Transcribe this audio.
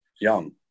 young